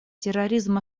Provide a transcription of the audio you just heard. терроризм